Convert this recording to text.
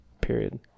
period